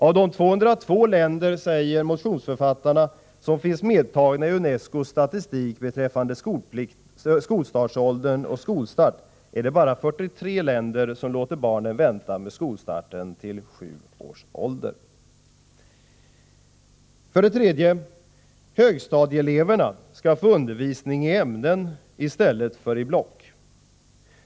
”Av de 202 länder i världen”, säger motionsförfattarna, ”som finns medtagna i Unescos statistik beträffande skolpliktsåldern och skolstart ——— är det bara 43 som låter barnen vänta med skolstarten till sju års ålder.” 3. Högstadieeleverna skall få undervisning i ämnen i stället för i block.